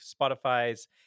spotify's